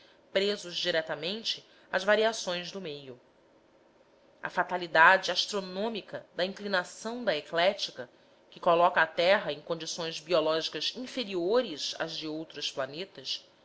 presos diretamente às variações do meio a fatalidade astronômica da inclinação da eclíptica que coloca a terra em condições biológicas inferiores às de outros planetas